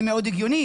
זה מאוד הגיוני,